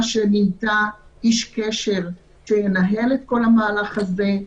שמינתה איש קשר שינהל את כל המהלך הזה.